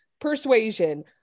persuasion